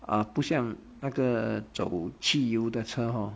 ah 不像那个走汽油的车 hor